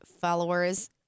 followers